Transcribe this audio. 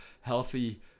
healthy